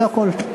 זה הכול.